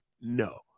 no